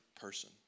person